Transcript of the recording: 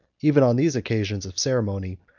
even on these occasions of ceremony,